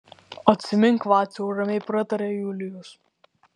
atsimink vaciau ramiai prataria julius